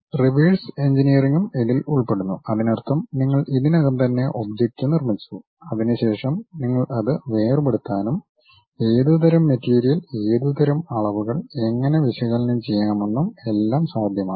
reverse എഞ്ചിനീയറിംഗും ഇതിൽ ഉൾപ്പെടുന്നു അതിനർത്ഥം നിങ്ങൾ ഇതിനകം തന്നെ ഒബ്ജക്റ്റ് നിർമ്മിച്ചു അതിനുശേഷം നിങ്ങൾക്ക് അത് വേർപെടുത്താനും ഏതുതരം മെറ്റീരിയൽ ഏതുതരം അളവുകൾ എങ്ങനെ വിശകലനം ചെയ്യാമെന്നും എല്ലാം സാധ്യമാണ്